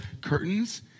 curtains